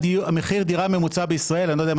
מחיר דירה ממוצע בישראל אני לא יודע אם